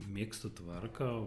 mėgstu tvarką